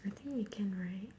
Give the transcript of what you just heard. I think we can right